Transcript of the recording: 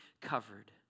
covered